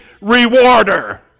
rewarder